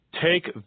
take